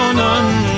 none